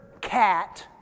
cat